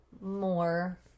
more